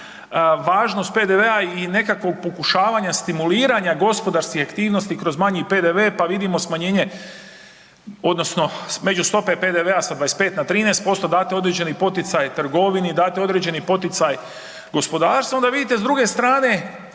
važnost PDV-a i nekakvog pokušavanja stimuliranja gospodarskih aktivnosti kroz manji PDV pa vidimo smanjenje odnosno međustope PDV-a sa 25 na 13% date određeni poticaj trgovini, date određeni poticaj gospodarstvu onda vidite s druge strane